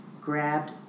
grabbed